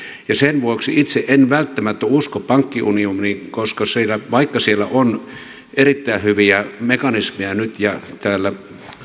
ja sen vuoksi itse en välttämättä usko pankkiunioniin vaikka siellä on erittäin hyviä mekanismeja nyt ja täällä